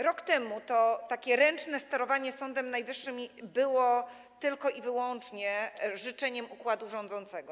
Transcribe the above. Rok temu to takie ręczne sterowanie Sądem Najwyższym było tylko i wyłącznie życzeniem układu rządzącego.